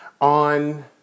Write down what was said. on